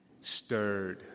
stirred